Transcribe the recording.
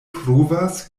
pruvas